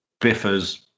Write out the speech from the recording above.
biffers